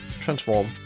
transform